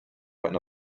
eine